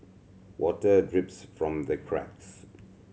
water drips from the cracks